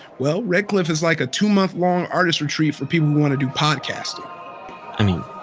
well, red cliff is like a two-month-long artists retreat for people who want to do podcasting i mean,